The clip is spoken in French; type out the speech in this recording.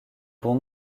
bon